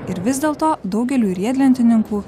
ir vis dėlto daugeliui riedlentininkų